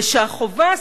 ושהחובה,